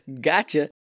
Gotcha